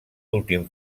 últim